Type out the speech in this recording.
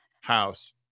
house